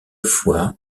fois